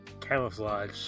Camouflage